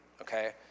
okay